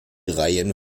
reihen